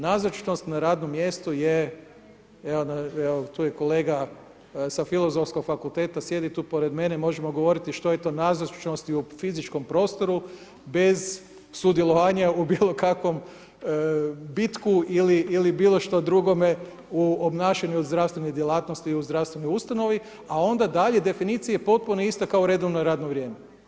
Nazočnost na radnom mjestu je, evo tu je kolega sa Filozofskog fakulteta, sjedi tu pored mene i možemo govoriti što je to nazočnost i u fizičkom prostoru bez sudjelovanja u bilo kakvom bitku ili bilo što drugome u obnašanju zdravstvenih djelatnosti u zdravstvenoj ustanovi a onda dalje definicija je potpuno ista kao u redovno radno vrijeme.